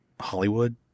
Hollywood